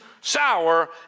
sour